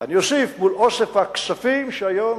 אני אוסיף: מול אוסף הכספים שהיום,